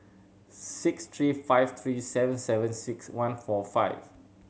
six three five three seven seven six one four five